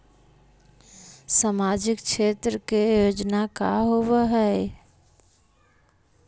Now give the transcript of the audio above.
सामाजिक क्षेत्र के योजना का होव हइ?